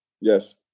Yes